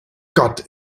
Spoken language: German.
gott